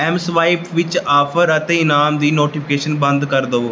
M swipe ਵਿੱਚ offer ਅਤੇ ਇਨਾਮ ਦੀ ਨੋਟੀਫਿਕੇਸ਼ਨਸ ਬੰਦ ਕਰ ਦੇਵੋ